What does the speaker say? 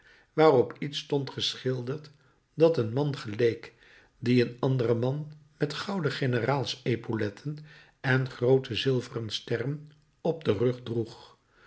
waarop iets stond geschilderd dat een man geleek die een anderen man met gouden generaals epauletten en groote zilveren sterren op den rug droeg